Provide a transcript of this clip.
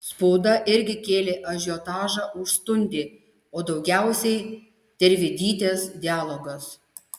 spauda irgi kėlė ažiotažą už stundį o daugiausiai tervidytės dialogas